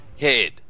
head